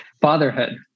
fatherhood